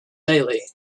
daily